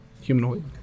humanoid